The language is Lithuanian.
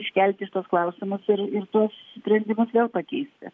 iškelti šituos klausimus ir ir tuos sprendimus vėl pakeisti